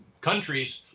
countries